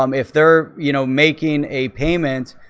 um if their you know making a payment,